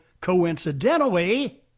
coincidentally